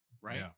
right